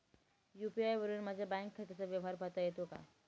UPI वरुन माझ्या bank खात्याचा व्यवहार पाहता येतो का?